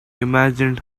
imagined